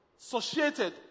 associated